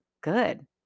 good